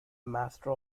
master